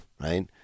right